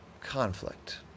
conflict